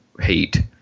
hate